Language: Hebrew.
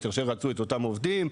אשר את אותם עובדים,